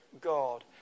God